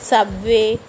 Subway